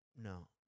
no